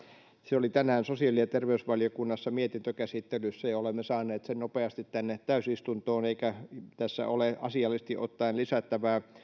se oli tänään sosiaali ja terveysvaliokunnassa mietintökäsittelyssä ja ja olemme saaneet sen nopeasti tänne täysistuntoon eikä tässä ole asiallisesti ottaen lisättävää